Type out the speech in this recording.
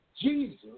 Jesus